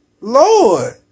Lord